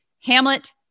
Hamlet